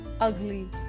ugly